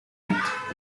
with